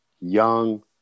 young